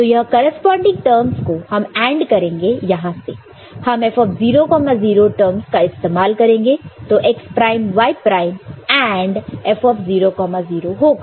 तो यह corresponding terms को हम AND करेंगे यहां से हम F 00 टर्मस का इस्तेमाल करेंगे तो x prime y prime AND F 00 होगा